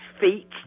feet